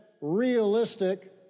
realistic